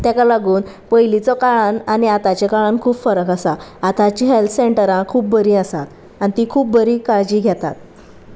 ताका लागून पयलींचो काळान आनी आतांच्या काळान खूब फरक आसा आतांची हेल्थ सेंटरां खूब बरीं आसात आनी तीं खूब बरी काळजी घेतात